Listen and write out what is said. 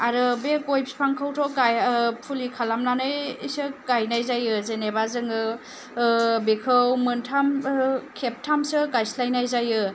आरो बे गय बिफांखौथ' फुलि खालामनानैसो गायनाय जायो जेनेबो जोङो बेखौ मोनथाम खेबथामसो गायस्लायनाय जायो